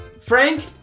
Frank